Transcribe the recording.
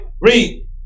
Read